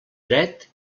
dret